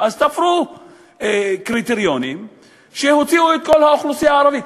אז תפרו קריטריונים שהוציאו את כל האוכלוסייה הערבית.